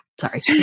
Sorry